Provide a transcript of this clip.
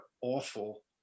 awful